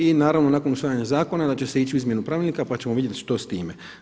I naravno nakon usvajanja zakona da će se ići u izmjenu pravilnika, pa ćemo vidjeti što s time.